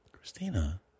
Christina